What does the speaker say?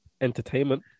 entertainment